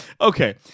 okay